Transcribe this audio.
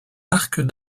arc